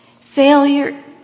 Failure